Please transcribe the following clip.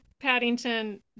paddington